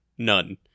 None